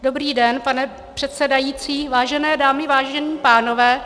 Dobrý den, pane předsedající, vážené dámy, vážení pánové.